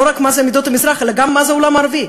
לא רק מה זה עדות המזרח אלא גם מה זה העולם הערבי.